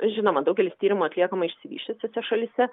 žinoma daugelis tyrimų atliekama išsivysčiusiose šalyse